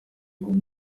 kuri